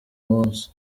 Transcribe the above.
munsi